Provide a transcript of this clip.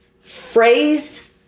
phrased